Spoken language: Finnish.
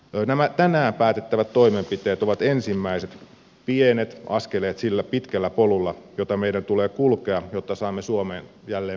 nämä tänään päätettävät toimenpiteet ovat ensimmäiset pienet askeleet sillä pitkällä polulla jota meidän tulee kulkea jotta saamme suomen jälleen menestymään